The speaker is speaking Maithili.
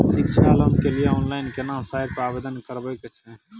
शिक्षा लोन के लिए ऑनलाइन केना साइट पर आवेदन करबैक छै?